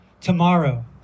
tomorrow